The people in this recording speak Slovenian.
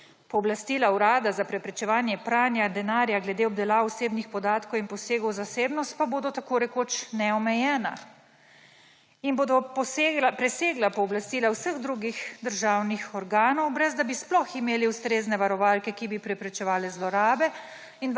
Pooblastila Urada za preprečevanje pranja denarja glede obdelav osebnih podatkov in posegov v zasebnost pa bodo tako rekoč neomejena in bodo presegla pooblastila vseh drugih državnih organov, ne da bi sploh imeli ustrezne varovalke, ki bi preprečevale zlorabe